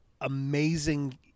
amazing